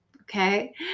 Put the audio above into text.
okay